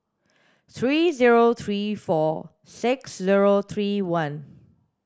three zero three four six zero three one